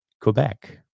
Quebec